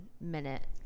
minute